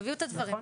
תביאו את הדברים,